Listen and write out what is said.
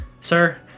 Sir